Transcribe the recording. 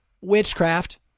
witchcraft